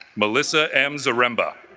melissa m zaremba